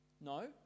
No